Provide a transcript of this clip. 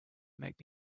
make